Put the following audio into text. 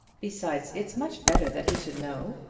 besides, it's much better that he should know.